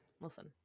Listen